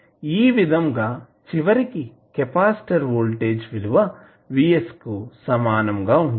ఈ విధంగా చివరికి కెపాసిటర్ వోల్టేజ్ విలువ Vs కు సమానంగా ఉంటుంది